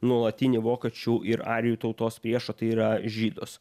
nuolatinį vokiečių ir arijų tautos priešą tai yra žydus